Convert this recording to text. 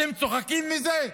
אתם צוחקים מזה?